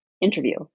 interview